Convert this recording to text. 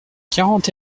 quarante